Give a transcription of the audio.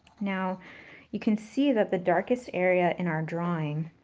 now you can see that the darkest area in our drawing